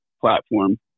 platform